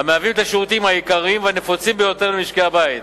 שהם השירותים העיקריים והנפוצים ביותר במשקי-הבית.